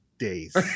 days